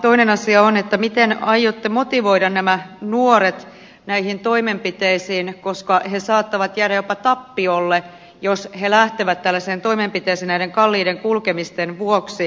toinen asia on että miten aiotte motivoida nämä nuoret näihin toimenpiteisiin koska he saattavat jäädä jopa tappiolle jos he lähtevät tällaiseen toimenpiteeseen näiden kalliiden kulkemisten vuoksi